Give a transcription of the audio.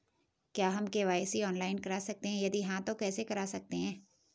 क्या हम KYC online करा सकते हैं यदि हाँ तो कैसे करा सकते हैं?